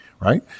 right